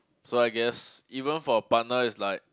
so I guess even for a partner is like